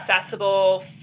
accessible